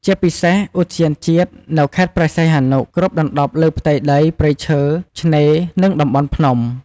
ជាពិសេស ឧទ្យានជាតិនៅខេត្តព្រះសីហនុ គ្របដណ្តប់លើផ្ទៃដីព្រៃឈើ ឆ្នេរ និងតំបន់ភ្នំ។